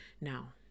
Now